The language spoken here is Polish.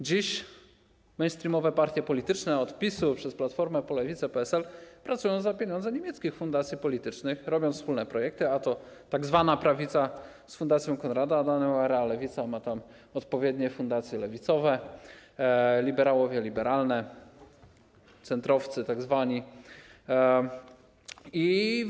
Dziś mainstreamowe partie polityczne od PiS-u przez Platformę po Lewicę, PSL pracują za pieniądze niemieckich fundacji politycznych, robią wspólne projekty, a to tzw. prawica z Fundacją Konrada Adenauera, lewica ma odpowiednie fundacje lewicowe, liberałowie - liberalne, tak zwani centrowcy.